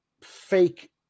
fake